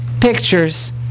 pictures